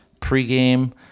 pregame